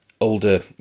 older